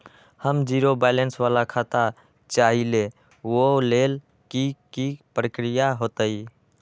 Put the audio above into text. हम zero balance वाला खाता चाहइले वो लेल की की प्रक्रिया होतई?